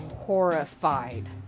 horrified